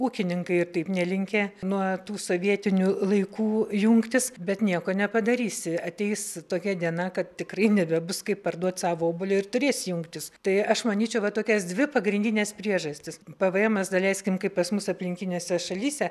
ūkininkai ir taip nelinkę nuo tų sovietinių laikų jungtis bet nieko nepadarysi ateis tokia diena kad tikrai nebebus kaip parduoti savo obuolį ir turės jungtis tai aš manyčiau kad tokias dvi pagrindines priežastis p v emas daleiskim kaip pas mus aplinkinėse šalyse